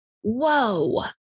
Whoa